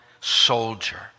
soldier